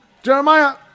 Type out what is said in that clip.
Jeremiah